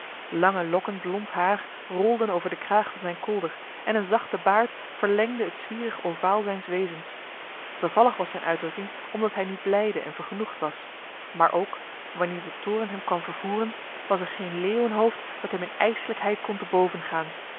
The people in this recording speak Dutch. lange lokken blond haar rolden over de kraag van zijn kolder en een zachte baard verlengde het zwierig ovaal zijns wezens bevallig was zijn uitdrukking omdat hij nu blijde en vergenoegd was maar ook wanneer de toorn hem kwam vervoeren was er geen leeuwenhoofd dat hem in ijslijkheid kon te boven gaan